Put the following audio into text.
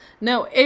No